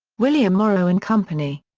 william morrow and company.